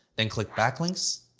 then click backlinks,